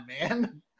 man